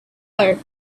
right